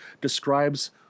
describes